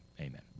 amen